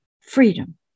Freedom